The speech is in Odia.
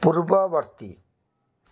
ପୂର୍ବବର୍ତ୍ତୀ